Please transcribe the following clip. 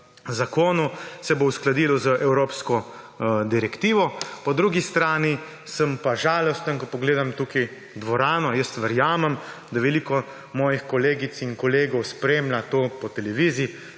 zakonov uskladilo z evropsko direktivo. Po drugi strani sem pa žalosten, ko pogledam dvorano, verjamem, da veliko mojih kolegic in kolegov spremlja to po televiziji,